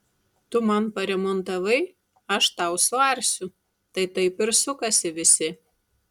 tu man paremontavai aš tau suarsiu tai taip ir sukasi visi